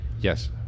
yes